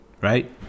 right